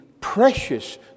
precious